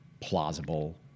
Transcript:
plausible